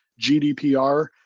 gdpr